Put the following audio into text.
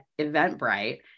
Eventbrite